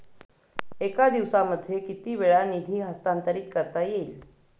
एका दिवसामध्ये किती वेळा निधी हस्तांतरीत करता येईल?